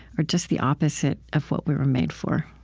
are just the opposite of what we were made for?